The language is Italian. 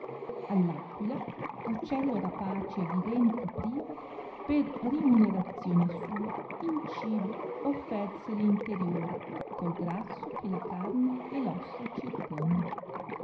aquila uccello rapace e di denti privo per rimunerazione sua in cibo offerse l interiore col grasso che la carne e f ossa circonda